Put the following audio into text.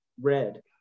red